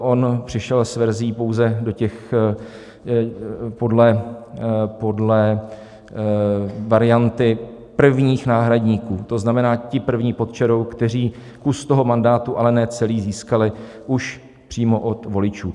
On přišel s verzí pouze podle varianty prvních náhradníků, to znamená, ti první pod čarou, kteří kus toho mandátu, ale ne celý, získali už přímo od voličů.